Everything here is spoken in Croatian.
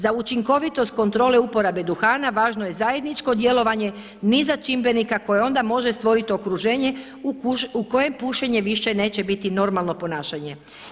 Za učinkovitost kontrole uporabe duhana važno je zajedničko djelovanje niza čimbenika koje onda može stvoriti okruženje u kojem pušenje više neće biti normalno ponašanje.